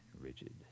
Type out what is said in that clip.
rigid